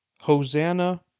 Hosanna